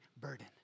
burden